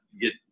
get –